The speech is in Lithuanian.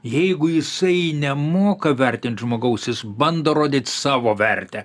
jeigu jisai nemoka vertint žmogaus jis bando rodyt savo vertę